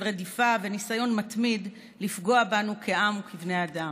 רדיפה וניסיון מתמיד לפגוע בנו כעם וכבני אדם.